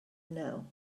now